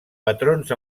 patrons